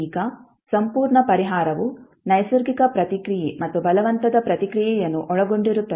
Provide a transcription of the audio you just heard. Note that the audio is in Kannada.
ಈಗ ಸಂಪೂರ್ಣ ಪರಿಹಾರವು ನೈಸರ್ಗಿಕ ಪ್ರತಿಕ್ರಿಯೆ ಮತ್ತು ಬಲವಂತದ ಪ್ರತಿಕ್ರಿಯೆಯನ್ನು ಒಳಗೊಂಡಿರುತ್ತದೆ